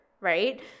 right